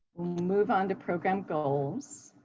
move on to program goals.